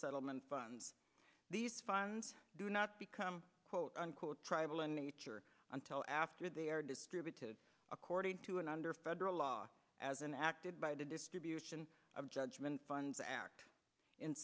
settlement funds these funds do not become quote unquote tribal in nature until after they are distributed according to and under federal law as an acted by the distribution of judgment funds act in